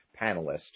panelist